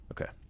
Okay